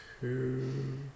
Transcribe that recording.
two